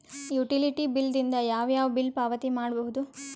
Utility bill ದಿಂದ ಯಾವ ಯಾವ ಬಿಲ್ ಪಾವತಿ ಮಾಡಬಹುದು?